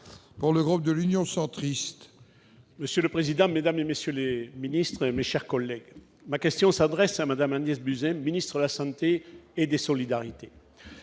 Monsieur le président, mesdames, messieurs les ministres, mes chers collègues, ma question s'adresse à Mme Agnès Buzyn, ministre des solidarités